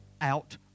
out